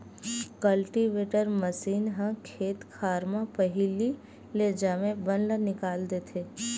cultivator machine ह खेत खार म पहिली ले जामे बन ल निकाल देथे